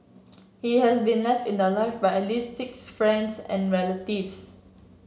he has been left in the lurch by at least six friends and relatives